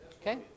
Okay